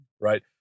Right